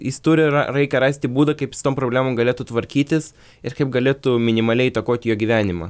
jis turi ra raikia rasti būdą kaip su tom problemom galėtų tvarkytis ir kaip galėtų minimaliai įtakot jo gyvenimą